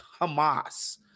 Hamas